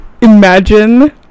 imagine